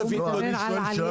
אני שואל שאלה